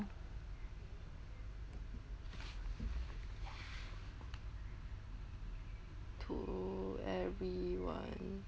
to everyone